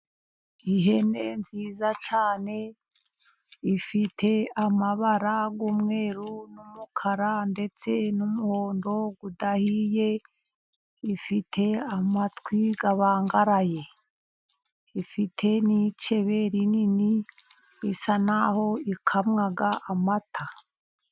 Ihene nziza cyane ifite amabara y'umweru n'umukara ndetse n'umuhondo udahiye ifite amatwi abangaraye, ifite n'icebe rinini isa nk’aho ikamwa.